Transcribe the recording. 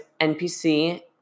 NPC